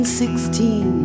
sixteen